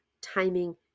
timing